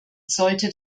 sollte